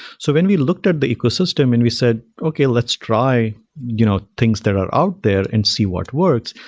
so when we looked at the ecosystem and we said, okay, let's try you know things that are out there and see what works.